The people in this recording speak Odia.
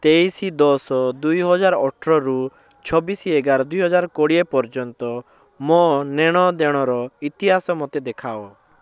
ତେଇଶ ଦଶ ଦୁଇ ହଜାର ଅଠରରୁ ଛବିଶ ଏଗାର ଦୁଇ ହଜାର କୋଡ଼ିଏ ପର୍ଯ୍ୟନ୍ତ ମୋ ନେଣ ଦେଣର ଇତିହାସ ମୋତେ ଦେଖାଅ